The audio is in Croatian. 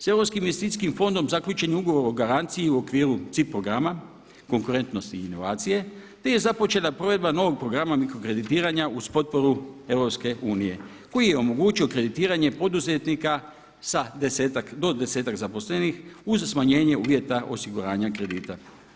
Sve europskim investicijskim fondom zaključen je ugovor o garanciji u okviru … programa konkurentnosti i inovacije te je započela provedba novog programa mikrokreditiranja uz potporu EU koji je omogućio kreditiranje poduzetnika sa desetak, do desetak zaposlenih uz smanjenje uvjeta osiguranja kredita.